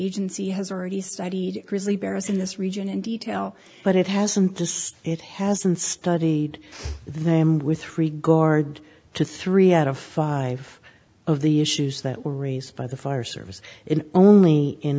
agency has already studied grizzly bears in this region in detail but it hasn't this it has been studied them with regard to three out of five of the issues that were raised by the fire service in only in